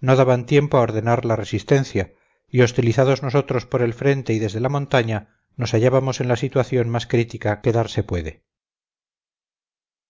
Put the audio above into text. no daban tiempo a ordenar la resistencia y hostilizados nosotros por el frente y desde la montaña nos hallábamos en la situación más crítica que darse puede